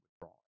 withdraw